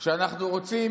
קדימה, בוא נמשיך.